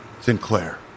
Sinclair